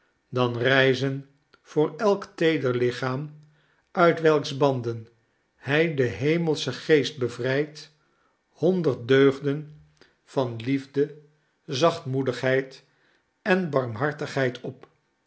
dan rijzen voor elk feeder lichaam uit welks banden hij den hemelschen geest bevrijdt honderd deugden van liefde zachtmoedigheid en barmhartigheid op